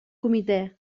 comitè